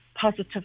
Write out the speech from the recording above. positive